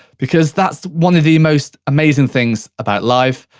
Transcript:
because that's one of the most amazing things about live,